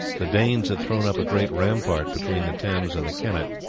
the danes had thrown up a great rampart between the thames and the kennet,